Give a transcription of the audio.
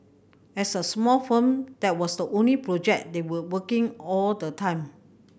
as a small firm that was the only project they were working all the time